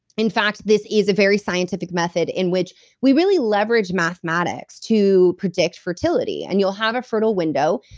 in fact, this is a very scientific method in which we really leverage mathematics to predict fertility. and you'll have a fertile window.